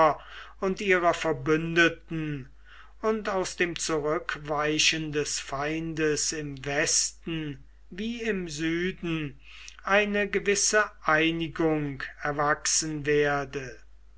und ihrer verbündeten und aus dem zurückweichen des feindes im westen wie im süden eine gewisse einigung erwachsen werde